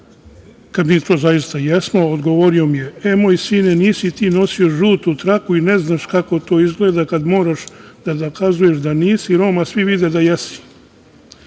kad mi to zaista jesmo, odgovorio mi je – e, moj sine nisi ti nosio žutu traku i ne znaš kako to izgleda kad moraš da dokazuješ da nisi Rom, a svi vide da jesi,